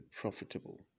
profitable